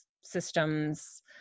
systems